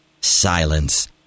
Silence